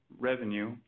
revenue